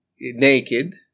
naked